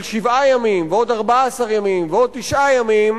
שבעה ימים ועוד 14 ימים ועוד תשעה ימים,